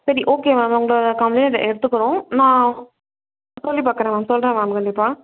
சரி okay ma'am உங்களோடய கம்பளைண்டை எடுத்துக்கிறோம் நான் சொல்லி பார்க்குறேன் மேம் சொல்கிறேன் மேம் கண்டிப்பாக